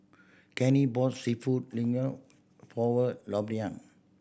Kenney bought Seafood for